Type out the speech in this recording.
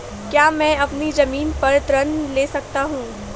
क्या मैं अपनी ज़मीन पर ऋण ले सकता हूँ?